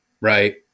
right